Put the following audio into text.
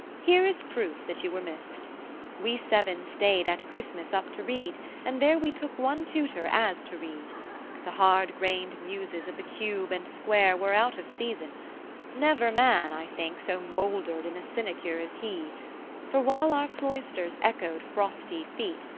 here is proof that you were missed we seven stayed at christmas up to read and there we took one tutor as to read the hard-grained muses of the cube and square were out of season never man, i think, so mouldered in a sinecure as he for while our cloisters echoed frosty feet,